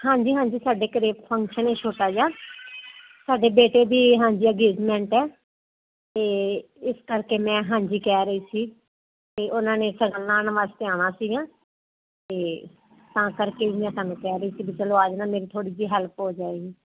ਹਾਂਜੀ ਹਾਂਜੀ ਸਾਡੇ ਘਰੇ ਫੰਕਸ਼ਨ ਛੋਟਾ ਜਿਹਾ ਸਾਡੇ ਬੇਟੇ ਦੀ ਹਾਂਜੀ ਅਗੇਜਮੈਂਟ ਹੈ ਤੇ ਇਸ ਕਰਕੇ ਮੈਂ ਹਾਂਜੀ ਕਹਿ ਰਹੀ ਸੀ ਤੇ ਉਹਨਾਂ ਨੇ ਸ਼ਗਨ ਲਾਣ ਵਾਸਤੇ ਆਣਾ ਸੀਗਾ ਤੇ ਤਾਂ ਕਰਕੇ ਵੀ ਮੈਂ ਤੁਹਾਨੂੰ ਕਹਿ ਰਹੀ ਸੀ ਵੀ ਚਲੋ ਆ ਜਾਣਾ ਮੇਰੀ ਥੋੜੀ ਜਿਹੀ ਹੈਲਪ ਹੋ ਜਾਏਗੀ